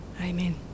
Amen